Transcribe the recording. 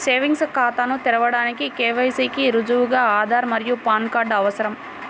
savings ఖాతాను తెరవడానికి KYC కి రుజువుగా ఆధార్ మరియు పాన్ కార్డ్ అవసరం